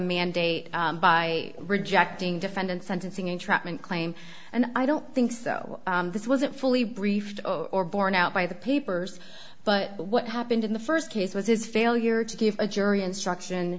mandate by rejecting defendant sentencing entrapment claim and i don't think so this wasn't fully briefed or borne out by the papers but what happened in the first case was his failure to give a jury instruction